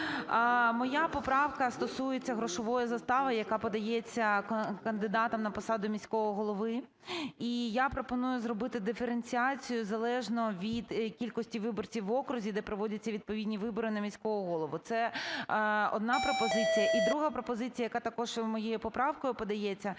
Моя поправка стосується грошової застави, яка подається кандидатом на посаду міського голови. І я пропоную зробити диференціацію залежно від кількості виборців в окрузі, де проводяться відповідні вибори на міського голову. Це одна пропозиція. І друга пропозиція, яка також моєю поправкою подається,